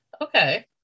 okay